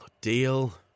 Deal